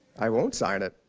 i won't sign it.